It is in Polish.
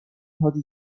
chodzić